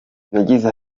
yagize